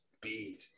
beat